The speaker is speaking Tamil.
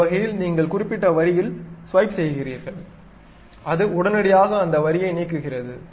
அந்த வகையில் நீங்கள் குறிப்பிட்ட வரியில் ஸ்வைப் செய்கிறீர்கள் அது உடனடியாக அந்த வரியை நீக்குகிறது